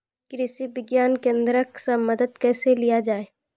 कृषि विज्ञान केन्द्रऽक से मदद कैसे लिया जाय?